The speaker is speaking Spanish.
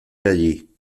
allí